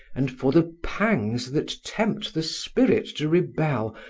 and for the pangs that tempt the spirit to rebel,